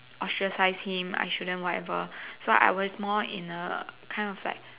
ostracize him I shouldn't whatever so I was more in a kind of like